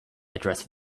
address